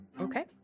Okay